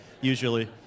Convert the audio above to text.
usually